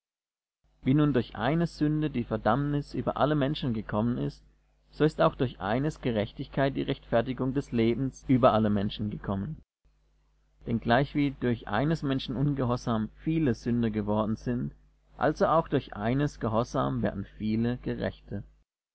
wie nun durch eines sünde die verdammnis über alle menschen gekommen ist so ist auch durch eines gerechtigkeit die rechtfertigung des lebens über alle menschen gekommen denn gleichwie durch eines menschen ungehorsam viele sünder geworden sind also auch durch eines gehorsam werden viele gerechte